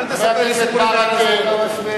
זרקו שקי קמח על שדרות?